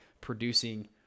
producing